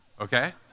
okay